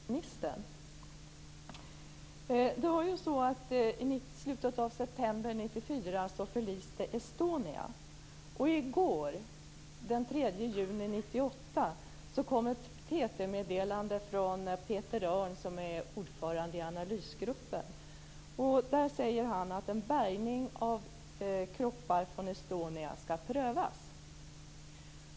Fru talman! Jag har en fråga till kommunikationsministern. I slutet av september 1994 förliste Estonia. I går, den 3 juni 1998, kom ett TT-meddelande från Peter Örn, som är ordförande i analysgruppen. Där säger han att frågan om en bärgning av kroppar från Estonia skall prövas.